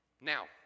Now